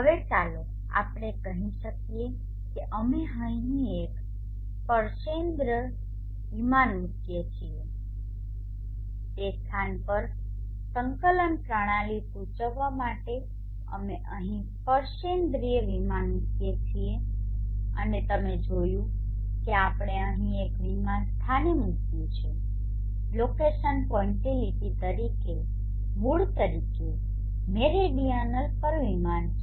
હવે ચાલો આપણે કહી શકીએ કે અમે અહીં એક સ્પર્શેન્દ્રિય વિમાન મુકીએ છીએ તે સ્થાન પર સંકલન પ્રણાલી સૂચવવા માટે અમે અહીં સ્પર્શેન્દ્રિય વિમાન મુકીએ છીએ અને તમે જોયું છે કે આપણે અહીં એક વિમાન સ્થાને મુક્યું છે લોકેશન પોઇન્ટિલીટી તરીકે મૂળ તરીકે મેરીડીઅનલ પર વિમાન છે